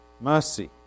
mercy